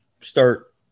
start